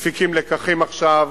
מפיקים לקחים עכשיו